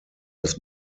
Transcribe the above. das